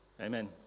Amen